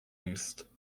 نیست